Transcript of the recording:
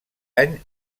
any